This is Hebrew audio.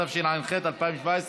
התשע"ח 2017,